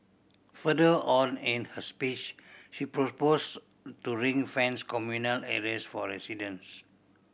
further on in her speech she proposed to ring fence communal areas for residents